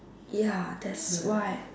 ya that's why